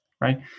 right